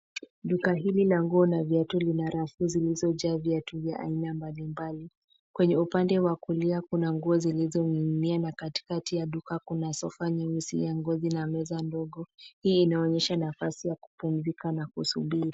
Duka hili la nguo na viatu lina rafu lililojaa viatu vya aina mbalimbali. Kwenye upande wa kulia kuna nguo zilizoning'inia na katikati ya duka kuna sofa nyeusi ya ngozi na meza ndogo. Hii inaonyesha nafasi ya kupumzika na kusubiri.